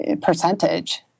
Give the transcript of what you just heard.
percentage